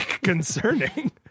concerning